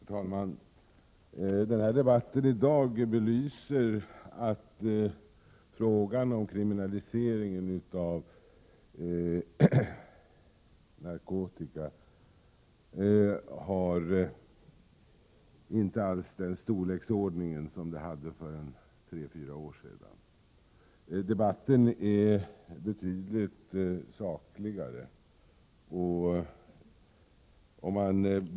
Herr talman! Den debatt vi för i dag belyser det faktum att frågan om en kriminalisering av konsumtion av narkotika inte alls är lika stor som den var för tre fyra år sedan. Debatten är nu betydligt sakligare.